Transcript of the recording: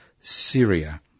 Syria